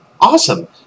awesome